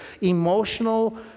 emotional